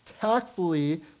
Tactfully